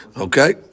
Okay